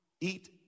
eat